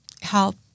help